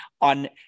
on